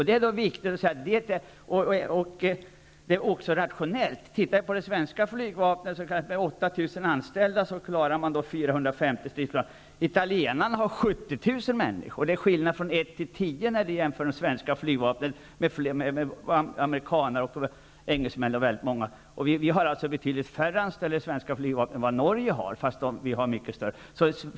Det är viktigt, och det är rationellt. Det svenska flygvapnet klarar med sina 8 000 anställda 450 stridsplan. Det italienska flygvapnet har 70 000 anställda. Det är en skillnad från 1 till 10 om vi jämför det svenska flygvapnet med t.ex. det amerikanska eller engelska. Vi har betydligt färre anställda i det svenska flygvapnet än vad man har i det norska, trots att vi har större flygplansflotta.